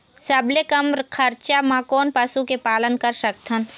सबले कम खरचा मा कोन पशु के पालन कर सकथन?